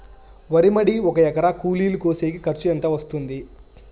వరి మడి ఒక ఎకరా కూలీలు కోసేకి ఖర్చు ఎంత వస్తుంది?